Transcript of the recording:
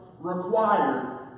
required